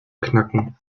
knacken